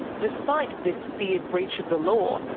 despite this feared breach of the law,